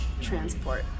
transport